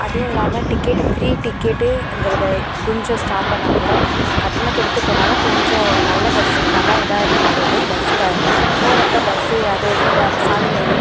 அதுவும் இல்லாமல் ticket free டிக்கெட்டுங்கிறத கொஞ்சம் ஸ்டாப் பண்ணால் கூட கட்டணம் கொடுத்து போனாலும் கொஞ்சம் நல்ல பஸ் நல்லா இதாக இருந்தால் போதும் பஸ்ஸுக்கு போகிறப்ப பஸ்ஸு அதை இதை அந்த சாலை